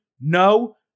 No